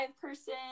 person